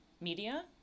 media